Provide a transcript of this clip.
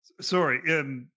Sorry